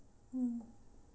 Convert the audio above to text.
mm